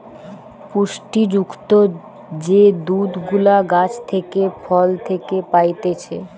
পুষ্টি যুক্ত যে দুধ গুলা গাছ থেকে, ফল থেকে পাইতেছে